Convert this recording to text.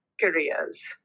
careers